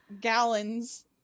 gallons